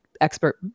expert